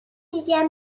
میگن